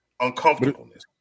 Uncomfortableness